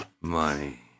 Money